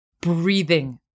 breathing